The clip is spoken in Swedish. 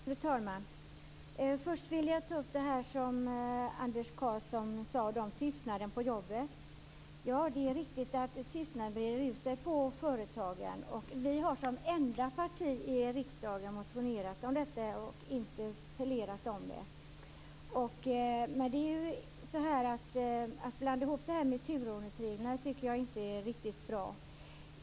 Fru talman! Först vill jag ta upp vad Anders Karlsson sade om tystnaden på jobbet. Det är riktigt att tystnaden brer ut sig på företagen. Vi har som enda parti i riksdagen motionerat och interpellerat i frågan. Det är inte riktigt bra att blanda ihop denna fråga med turordningsreglerna.